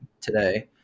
today